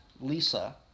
Lisa